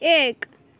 एक